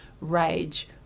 rage